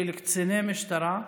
של קציני משטרה.